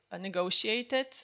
negotiated